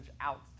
out